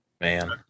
Man